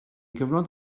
gyfnod